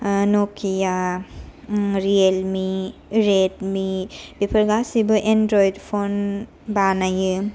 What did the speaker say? नकिया Realme Redmi बेफोर गासिबो Android phone बानायो